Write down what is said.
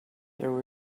there